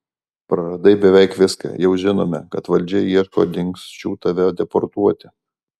praradai beveik viską jau žinome kad valdžia ieško dingsčių tave deportuoti